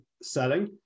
selling